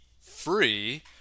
free